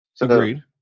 Agreed